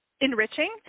enriching